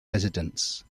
residents